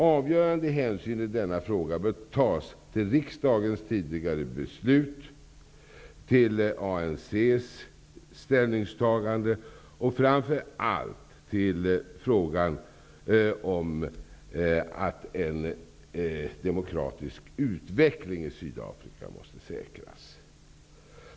Avgörande hänsyn i denna fråga bör tas till riksdagens tidigare beslut, till ANC:s ställningstagande och framför allt till frågan om att en demokratisk utveckling i Sydafrika måste säkras.